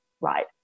right